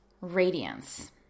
radiance